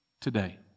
today